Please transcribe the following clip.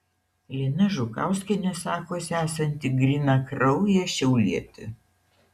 lina žukauskienė sakosi esanti grynakraujė šiaulietė